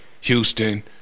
Houston